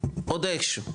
עוד איכשהו,